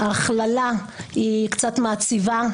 ההכללה קצת מעציבה.